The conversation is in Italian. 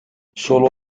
solo